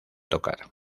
tocar